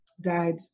died